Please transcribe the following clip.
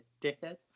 dickhead